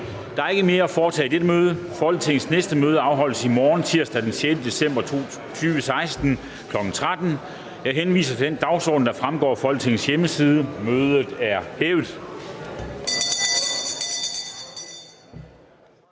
Der er ikke mere at foretage i dette møde. Folketingets næste møde afholdes i morgen, tirsdag den 6. december 2016, kl. 13.00. Jeg henviser til den dagsorden, der fremgår af Folketingets hjemmeside. Mødet er hævet.